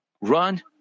run